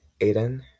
Aiden